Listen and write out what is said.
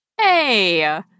Hey